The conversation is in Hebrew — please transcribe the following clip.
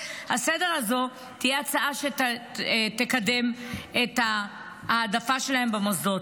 תהיה הצעה שתקדם את ההעדפה שלהם במוסדות.